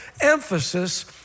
emphasis